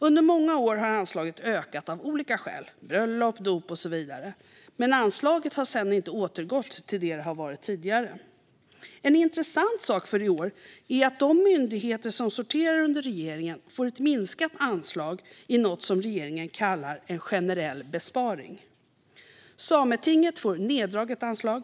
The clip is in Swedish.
Under många år har anslaget ökat av olika skäl som bröllop, dop och så vidare, men anslaget har sedan inte återgått till tidigare nivåer. En intressant sak för i år är att de myndigheter som sorterar under regeringen får ett minskat anslag i något som regeringen kallar en generell besparing. Sametinget får neddraget anslag.